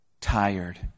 tired